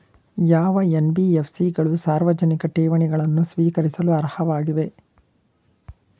ಯಾವ ಎನ್.ಬಿ.ಎಫ್.ಸಿ ಗಳು ಸಾರ್ವಜನಿಕ ಠೇವಣಿಗಳನ್ನು ಸ್ವೀಕರಿಸಲು ಅರ್ಹವಾಗಿವೆ?